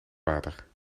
water